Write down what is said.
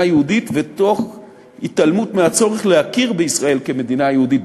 יהודית ותוך התעלמות מהצורך להכיר בישראל כמדינה יהודית,